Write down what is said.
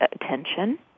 attention